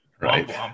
Right